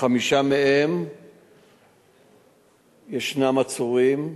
בחמישה מהם ישנם עצורים,